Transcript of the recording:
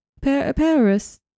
Paris